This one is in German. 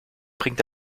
bringt